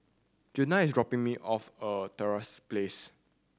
Juana is dropping me off at Trevose Place